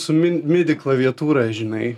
su min midi klaviatūra žinai